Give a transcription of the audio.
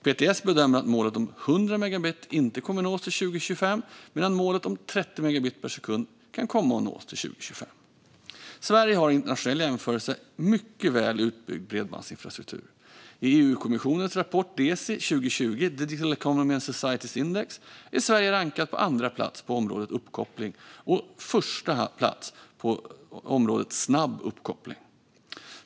PTS bedömer att målet om 100 megabit inte nås till 2025 medan målet om 30 megabit per sekund kan komma att nås till 2025. Sverige har i internationell jämförelse en mycket väl utbyggd bredbandsinfrastruktur. I EU-kommissionens rapport DESI 2020 är Sverige rankat på andra plats på området uppkoppling och på första plats på området snabb uppkoppling.